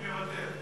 מוותר.